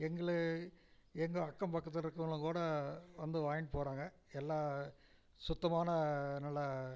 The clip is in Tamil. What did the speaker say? எங்கள் எங்கள் அக்கம் பக்கத்தில் இருக்கவங்கலாம் கூட வந்து வாங்கிட்டு போகிறாங்க எல்லாம் சுத்தமான நல்ல